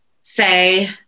say